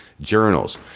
journals